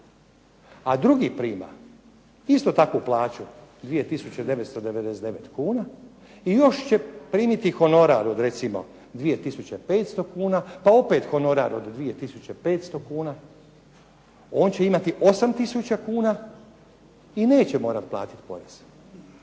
a drugi prima istu takvu plaću 2999 kuna i još će primiti honorar od 2500 kuna pa opet honorar od 2500 kuna, on će imati 8 tisuća kuna i neće morati platiti porez.